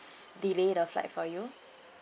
delay the flight for you